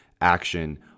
action